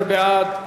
19 בעד,